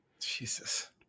Jesus